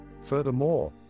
Furthermore